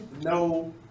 no